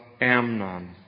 Amnon